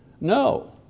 No